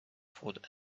food